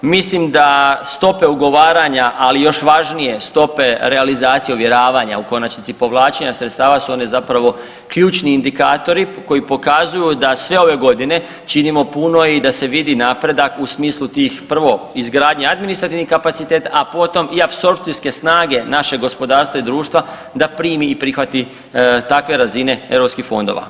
Mislim da stope ugovaranja, ali još važnije stope realizacije, ovjeravanja, u konačnici i povlačenja sredstava su one zapravo ključni indikatori koji pokazuju da sve ove godine činimo puno i da se vidi napredak u smislu tih prvo izgradnje administrativnih kapaciteta, a potom i apsorpcijske snage našeg gospodarstva i društva da primi i prihvati takve razine europskih fondova.